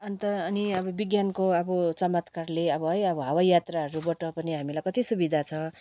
अन्त अनि अब विज्ञानको अब चमत्कारले अब है अब हवाई यात्राहरूबाट पनि हामीलाई कति सुविधा छ